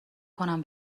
کنم